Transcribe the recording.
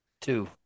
Two